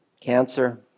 cancer